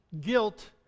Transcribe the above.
guilt